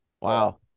Wow